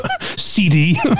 CD